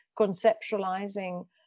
conceptualizing